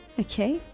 Okay